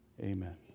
amen